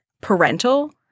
parental